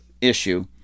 issue